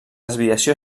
desviació